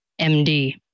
MD